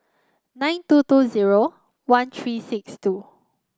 nine two two zero one three six two